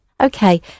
Okay